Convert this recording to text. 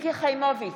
מיקי חיימוביץ'